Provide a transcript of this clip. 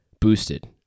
boosted